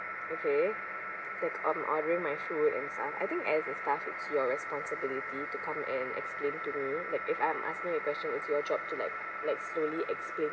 okay like I'm ordering my food and uh I think as a staff it's your responsibility to come and explain to me like if I'm asking a question it's your job to like like slowly explain